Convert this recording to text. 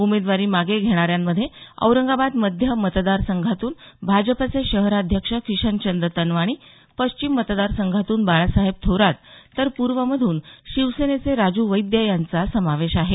उमेदवारी मागे घेणाऱ्यांमध्ये औरंगाबाद मध्य मतदार संघातून भाजपचे शहराध्यक्ष किशनचंद तनवाणी पश्चिम मतदार संघातून बाळासाहेब थोरात तर पूर्वमधून शिवसेनेचे राजू वैद्य यांचा समावेश आहे